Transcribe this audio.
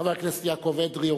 חבר הכנסת יעקב אדרי,